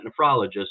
nephrologist